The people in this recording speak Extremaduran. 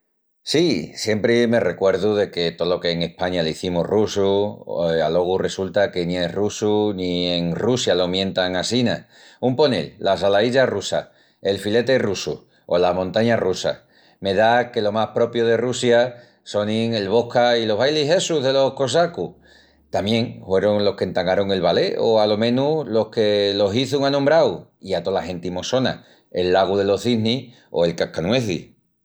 Sí, siempri me recuerdu de que tolo que en España l'izimus russu alogu resulta que ni es russu ni en Russia lo mientan assina. Un ponel, la salaílla russa, el fileti russu o la montaña russa. Me da que lo más propiu de Russia sonin el vodka i los bailis essus delos cosacus. Tamién huerun los qu'entangarun el ballet o alo menus los que lo hizun anombrau i a tola genti mos sona 'El lagu delos cisnis' o 'El cascanuezis'.